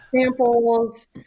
samples